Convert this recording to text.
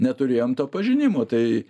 neturėjom to pažinimo tai